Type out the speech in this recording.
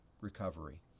recovery